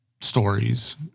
stories